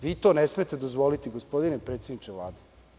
Vi to ne smete dozvolite, gospodine predsedniče Vlade.